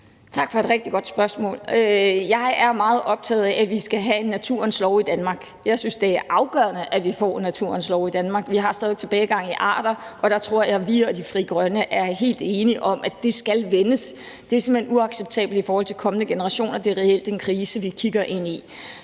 rigtig godt spørgsmål. Jeg er meget optaget af, at vi skal have en naturens lov i Danmark. Jeg synes, det er afgørende, at vi får en naturens lov i Danmark. Vi har stadig væk tilbagegang i arter, og der tror jeg, vi og Frie Grønne er helt enige om, at det skal vendes. Det er simpelt hen uacceptabelt i forhold til kommende generationer; det er reelt en krise, vi kigger ind i.